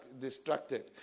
distracted